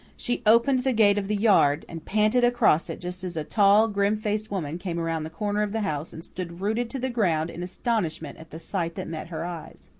she opened the gate of the yard, and panted across it just as a tall, grim-faced woman came around the corner of the house and stood rooted to the ground in astonishment at the sight that met her eyes.